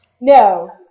No